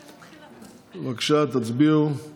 בבקשה, תצביעו על